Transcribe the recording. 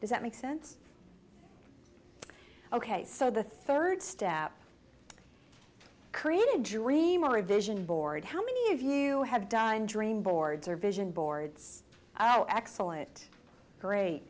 does that make sense ok so the third step create a dream or a vision board how many of you have done dream boards or vision boards are excellent great